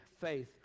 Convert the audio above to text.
faith